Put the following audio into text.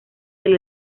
del